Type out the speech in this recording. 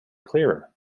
clearer